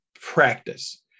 practice